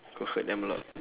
will hurt them a lot